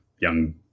young